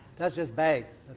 that's just bags.